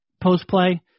post-play